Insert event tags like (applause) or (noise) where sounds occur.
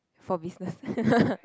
for business (laughs)